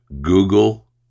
Google